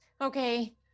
okay